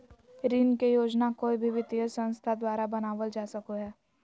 ऋण के योजना कोय भी वित्तीय संस्था द्वारा बनावल जा सको हय